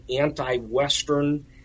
anti-Western